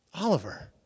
Oliver